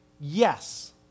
yes